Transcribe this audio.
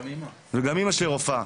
גם אמא שלי רופאה.